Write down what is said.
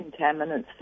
contaminants